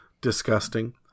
disgusting